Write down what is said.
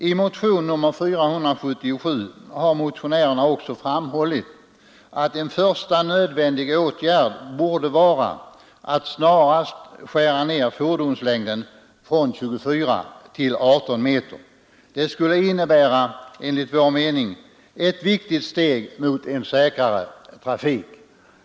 I motionen 477 har motionärerna också framhållit att en första nödvändig åtgärd borde vara att snarast skära ned fordonslängden från 24 till 18 meter. Det skulle enligt vår mening innebära ett viktigt steg mot en säkrare trafik.